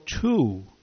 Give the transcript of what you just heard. two